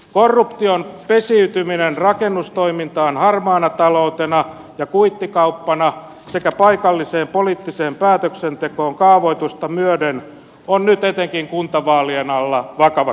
korruption pesiytyminen rakennustoimintaan harmaana taloutena ja kuittikauppana sekä paikalliseen poliittiseen päätöksentekoon kaavoitusta myöden on nyt etenkin kuntavaalien alla vakava kysymys